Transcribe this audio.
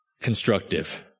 constructive